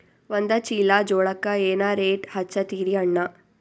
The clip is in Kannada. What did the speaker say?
ಒಂದ ಚೀಲಾ ಜೋಳಕ್ಕ ಏನ ರೇಟ್ ಹಚ್ಚತೀರಿ ಅಣ್ಣಾ?